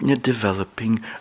developing